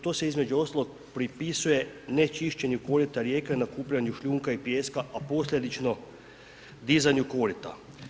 To je, to se između ostalog pripisuje ne čišćenju koritu rijeka i nakupljanju šljunka i pijeska, a posljedično dizanju korita.